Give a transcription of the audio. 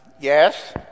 Yes